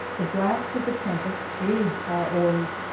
the blast of the tempest aids our oars,